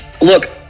look